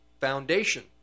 foundation